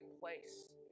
place